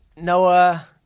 Noah